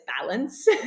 balance